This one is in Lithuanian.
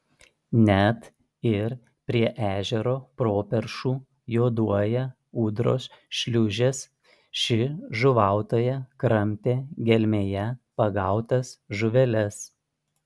net ir prie ežero properšų juoduoja ūdros šliūžės ši žuvautoja kramtė gelmėje pagautas žuveles